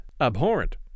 abhorrent